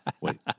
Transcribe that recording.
Wait